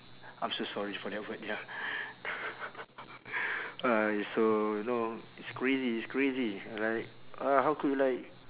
I'm so sorry for that word ya uh so you know it's crazy it's crazy like uh how could like